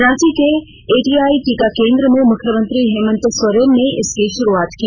रांची के एटीआई टीका केन्द्र में मुख्यमंत्री हेमंत सोरेन ने इसकी शुरूआत की